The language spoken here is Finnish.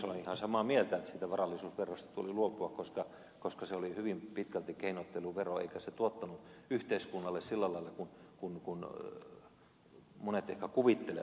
olen ihan samaa mieltä että siitä varallisuusverosta tuli luopua koska se oli hyvin pitkälti keinotteluvero eikä se tuottanut yhteiskunnalle sillä lailla kuin monet ehkä kuvittelevat